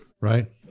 Right